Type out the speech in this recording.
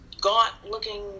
gaunt-looking